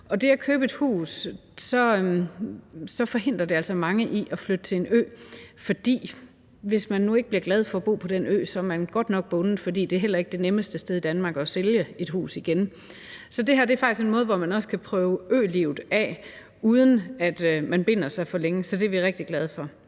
at man skal købe et hus, forhindrer altså mange i at flytte til en ø, for hvis man nu ikke bliver glad for at bo på den ø, er man godt nok bundet, fordi det heller ikke er det nemmeste sted i Danmark at sælge et hus igen. Så det her er faktisk en måde, hvor man også kan prøve ølivet af, uden at man binder sig for længe, så det er vi rigtig glade for.